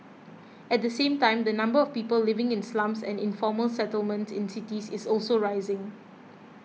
at the same time the number of people living in slums and informal settlements in cities is also rising